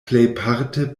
plejparte